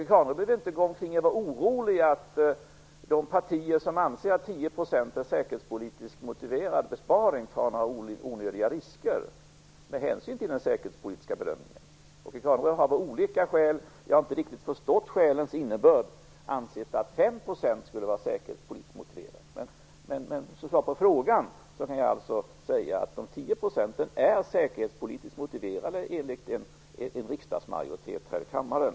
Åke Carnerö behöver inte gå omkring och vara orolig för att de partier som anser att 10 % är en säkerhetspolitiskt motiverad besparing tar onödiga risker, med hänsyn till den säkerhetspolitiska bedömningen. Åke Carnerö anser av olika skäl - jag har inte riktigt förstått skälens innebörd - att 5 % skulle vara säkerhetspolitiskt motiverat. Som svar på ställd fråga kan jag säga att de 10 procenten är säkerhetspolitiskt motiverade enligt en majoritet i denna kammare.